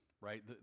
Right